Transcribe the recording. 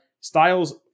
Styles